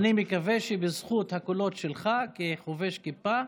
אני מקווה שבזכות הקולות שלך כחובש כיפה